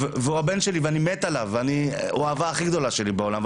והוא הבן שלי ואני מת עליו והוא האהבה הכי גדולה שלי בעולם,